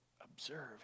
observe